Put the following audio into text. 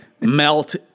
melt